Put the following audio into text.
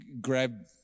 grab